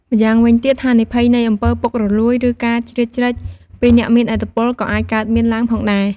ម្យ៉ាងវិញទៀត ហានិភ័យនៃអំពើពុករលួយ ឬការជ្រៀតជ្រែកពីអ្នកមានឥទ្ធិពលក៏អាចកើតមានឡើងផងដែរ។